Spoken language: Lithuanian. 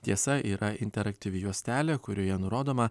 tiesa yra interaktyvi juostelė kurioje nurodoma